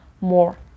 more